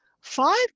five